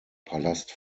palast